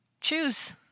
choose